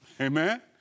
Amen